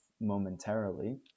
momentarily